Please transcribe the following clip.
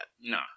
No